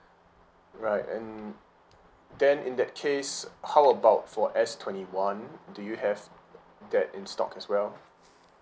right and then in that case how about for S twenty one do you have that in stock as well